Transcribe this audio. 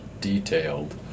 detailed